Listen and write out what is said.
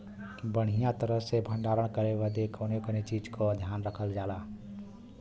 बढ़ियां तरह से भण्डारण करे बदे कवने कवने चीज़ को ध्यान रखल जा?